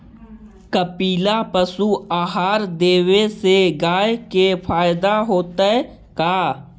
कपिला पशु आहार देवे से गाय के फायदा होतै का?